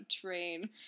train